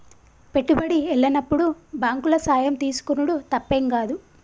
పెట్టుబడి ఎల్లనప్పుడు బాంకుల సాయం తీసుకునుడు తప్పేం గాదు